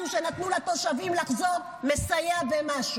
שנתנו לתושבים על מנת לחזור מסייע במשהו.